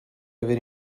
aver